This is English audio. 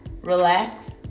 relax